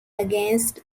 against